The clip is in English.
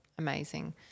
Amazing